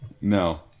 No